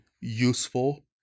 useful